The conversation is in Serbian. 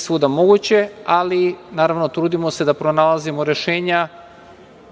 svuda moguće, ali naravno trudimo se da pronalazimo rešenja